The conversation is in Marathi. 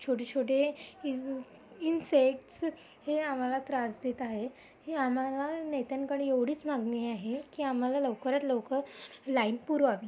छोटे छोटे इन् इंसेक्टस हे आम्हाला त्रास देत आहे हे आम्हाला नेत्यांकडे एवढीच मागणी आहे की आम्हाला लवकरात लवकर लाईन पुरवावी